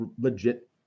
legit